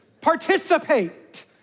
Participate